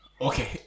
Okay